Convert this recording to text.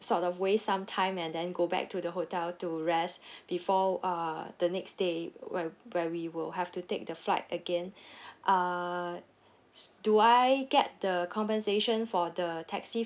sort of waste some time and then go back to the hotel to rest before uh the next day where where we will have to take the flight again uh s~ do I get the compensation for the taxi